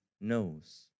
knows